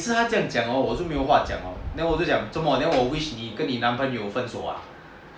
and 每次他这样讲 hor 我就没有话讲了 then 我就讲 zuo mo then 我 wish 你跟你男朋友分手